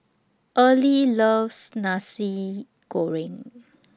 Early loves Nasi Goreng